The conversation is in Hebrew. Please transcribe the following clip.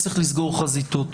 צריך לסגור חזיתות.